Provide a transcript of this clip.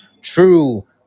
true